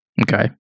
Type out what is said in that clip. Okay